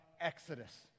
Exodus